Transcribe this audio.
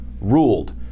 ruled